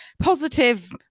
Positive